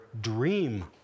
dream